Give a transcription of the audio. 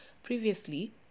previously